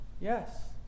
Yes